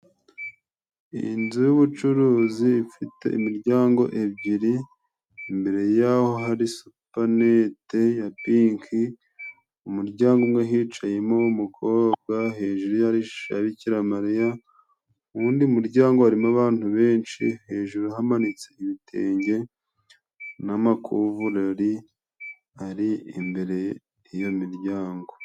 Iyi nzu y'ubucuruzi ifite imiryango ibiri, imbere yaho hari supanete ya pinki. Ku muryango umwe hicayemo umukobwa, hejuru ye hari ishusho ya Bikira Mariya. Ku wundi muryango harimo abantu benshi hejuru hamanitse ibitenge n'amakuvureri ari imbere y'iyo miryango.